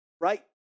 right